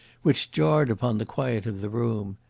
which jarred upon the quiet of the room.